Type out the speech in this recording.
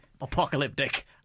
apocalyptic